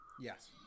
Yes